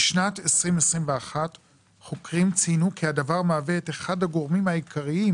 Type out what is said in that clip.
בשנת 2021 חוקרים ציינו כי הדבר מהווה את אחד הגורמים העיקריים